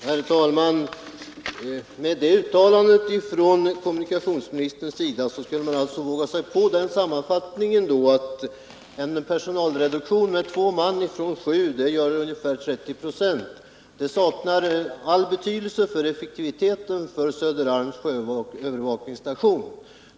Herr talman! Med detta uttalande från kommunikationsministern skulle man våga sig på sammanfattningen att en personalreduktion med två man från sju, vilket är ungefär 30 926, saknar all betydelse för effektiviteten på Söderarms sjöövervakningsstation.